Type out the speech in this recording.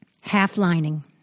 Half-lining